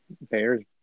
Bears